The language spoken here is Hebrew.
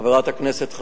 חברת הכנסת חנין,